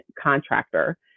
contractor